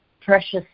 precious